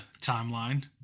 timeline